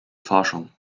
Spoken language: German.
forschung